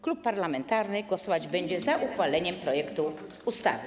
Klub parlamentarny głosować będzie za uchwaleniem projektu ustawy.